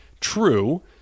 true